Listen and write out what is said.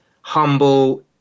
humble